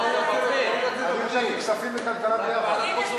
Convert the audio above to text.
אני מציע כספים וכלכלה יחד.